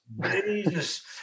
Jesus